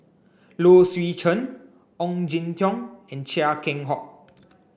Low Swee Chen Ong Jin Teong and Chia Keng Hock